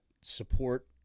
support